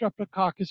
streptococcus